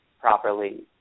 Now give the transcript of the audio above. properly